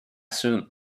soon